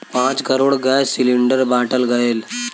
पाँच crore gas cylinder बाँटल गएल